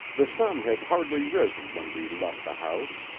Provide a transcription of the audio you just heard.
the sun had hardly risen when we left the house.